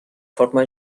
forma